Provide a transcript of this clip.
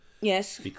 Yes